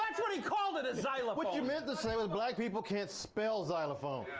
that's what he called it, a xylophone. what you meant to say was black people can't spell xylophone.